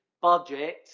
budget